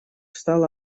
стало